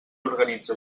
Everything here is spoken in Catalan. organitza